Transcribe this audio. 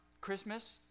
Christmas